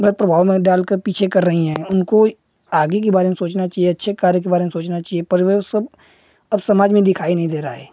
गलत प्रभाव में डालकर पीछे कर रही हैं उनको आगे के बारे में सोचना चाहिए अच्छे कार्य के बारे में सोचना चाहिए पर वह सब अब समाज में दिखाई नहीं दे रहा है